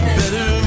better